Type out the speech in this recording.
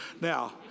Now